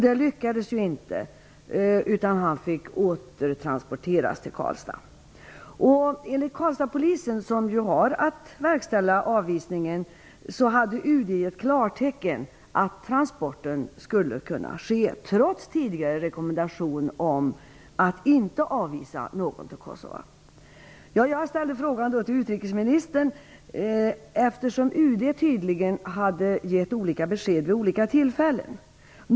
Det lyckades ju inte, utan han fick återtransporteras till Karlstad. Enligt Karlstadspolisen, som ju hade att verkställa utvisningen, hade UD gett klartecken för att transporten skulle kunna ske trots tidigare rekommendation om att man inte skulle avvisa någon till Kosova. Jag ställde frågan till utrikesministern, eftersom UD tydligen hade gett olika besked vid olika tillfällen.